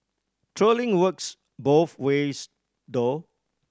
trolling works both ways though